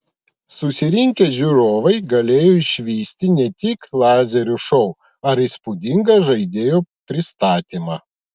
susirinkę žiūrovai galėjo išvysti ne tik lazerių šou ar įspūdingą žaidėjų pristatymą